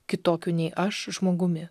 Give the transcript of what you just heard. kitokiu nei aš žmogumi